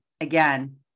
again